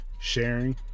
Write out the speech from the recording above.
sharing